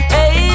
Hey